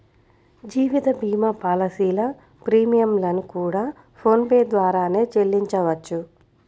జీవిత భీమా పాలసీల ప్రీమియం లను కూడా ఫోన్ పే ద్వారానే చెల్లించవచ్చు